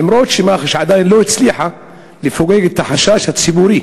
למרות שמח"ש עדיין לא הצליחה לפוגג את החשש הציבורי